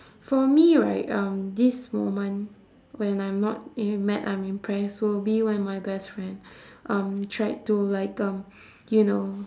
for me right um this moment when I'm not mad I'm impressed will be with my best friend um tried to like um you know